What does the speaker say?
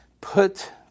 Put